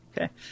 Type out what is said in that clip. Okay